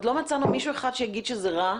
עוד לא מצאנו מישהו אחד שיגיד שזה רע.